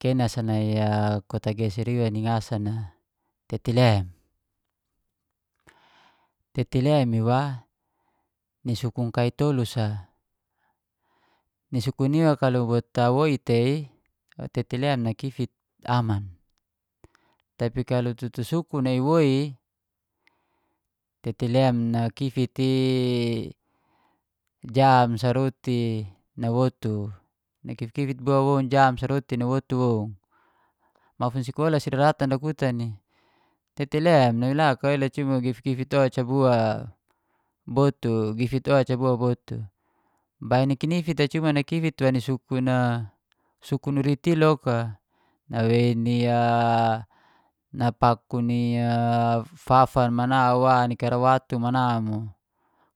Kena sa a wo kota geser iwa ni ngasan tete lem, tete lem iwa ni sukun kai tolu sa. Ni sukun iwa kalu bot tawoi tei. Tete len nakifit aman, tapi kalau tutu sukun na iwoi tete lem nakifit i jam sa, roti, nawotu. Nakifit-kifit bo woun jam sa, roti nawotu woun. Mafun sakola daratan dakutan i "tete lem nawei la kau i le cuma gifit-gifit oca bua botu, gifit oca bua botu?" Bai ni kinifit cuma nakifit wa ni sukun uriti loka, nawei ni napaku ni fafan mana ni karawatu mana mo,